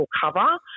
cover